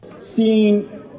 Seeing